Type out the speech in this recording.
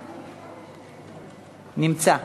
נמצא.